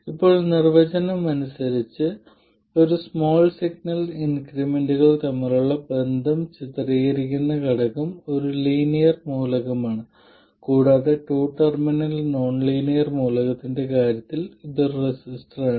ഇപ്പോൾ നിർവചനം അനുസരിച്ച് ഒരു സ്മാൾ സിഗ്നൽ ഇൻക്രിമെന്റുകൾ തമ്മിലുള്ള ബന്ധം ചിത്രീകരിക്കുന്ന ഘടകം ഒരു ലീനിയർ മൂലകമാണ് കൂടാതെ ടു ടെർമിനൽ നോൺലീനിയർ മൂലകത്തിന്റെ കാര്യത്തിൽ ഇത് ഒരു റെസിസ്റ്ററാണ്